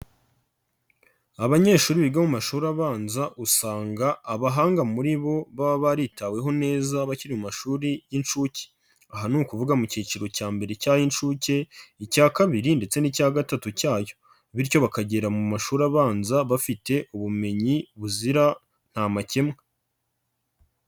Abanyeshuri biga mu mashuri abanza usanga abahanga muri bo baba baritaweho neza bakiri mu mashuri y'inshuke. Aha ni ukuvuga mu kiciro cya mbere cy'ay'inshuke, icya kabiri ndetse n'icya gatatu cyayo. Bityo bakagera mu mashuri abanza bafite ubumenyi buzira nta makemwa.